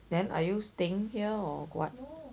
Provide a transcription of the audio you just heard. then are you staying here or what